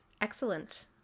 Excellent